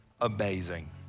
amazing